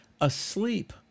asleep